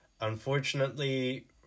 Unfortunately